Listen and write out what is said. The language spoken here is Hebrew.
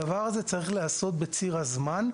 הדבר הזה צריך להיעשות בציר הזמן,